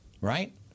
right